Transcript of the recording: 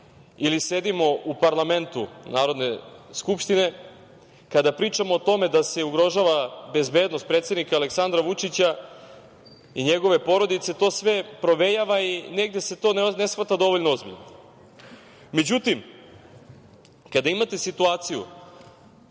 ili sedimo u parlamentu Narodne skupštine, kada pričamo o tome da se ugrožava bezbednost predsednika Aleksandra Vučića i njegove porodice to sve provejava i negde se to ne shvata dovoljno ozbiljno. Međutim, kada imate situaciju